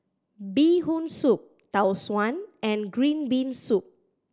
Bee Hoon Soup Tau Suan and green bean soup